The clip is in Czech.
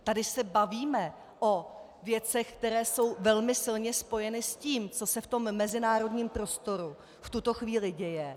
Tady se bavíme o věcech, které jsou velmi silně spojeny s tím, co se v tom mezinárodním prostoru v tuto chvíli děje.